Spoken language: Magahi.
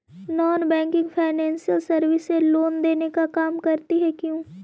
Non banking financial services loan देने का काम करती है क्यू?